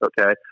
Okay